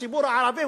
הציבור הערבי,